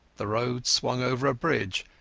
the road swung over a bridge,